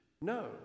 No